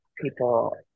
people